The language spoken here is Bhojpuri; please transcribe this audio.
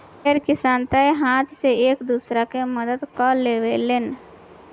ढेर किसान तअ हाथे से एक दूसरा के मदद कअ लेवेलेन